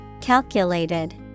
Calculated